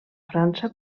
frança